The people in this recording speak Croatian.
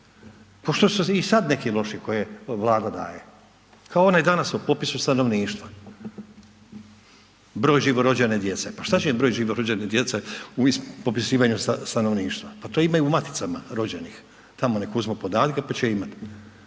Ko što su i sad neki loši koje Vlada daje kao onaj danas o popisu stanovništva, broj živorođene djece, pa šta će im broj živorođene djece u popisivanju stanovništva, pa to imaju u maticama rođenih, tamo nek uzmu podatke pa će imat